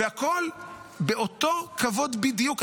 והכול באותו כבוד בדיוק.